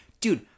Dude